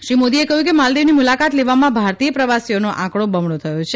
શ્રી મોદીએ કહ્યું કે માલદીવની મુલાકાત લેવામાં ભારતીય પ્રવાસીઓનો આંકડો બમણો થયો છે